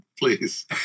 Please